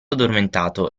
addormentato